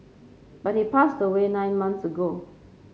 but he passed away nine months ago